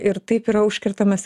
ir taip yra užkertamas